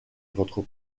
votre